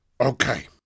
Okay